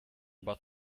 about